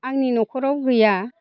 आंनि न'खराव गैया